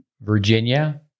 Virginia